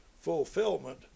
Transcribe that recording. fulfillment